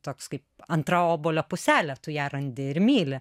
toks kaip antra obuolio puselė tu ją randi ir myli